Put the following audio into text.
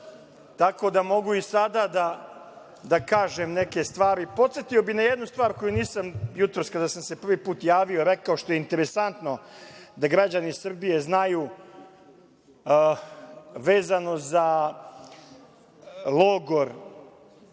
Tako da mogu i sada da kažem neke stvari. Podsetio bih na jednu stvar koju nisam jutros, kada sam se prvi put javio rekao, što je interesantno da građani Srbije znaju, vezano za Logor